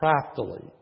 craftily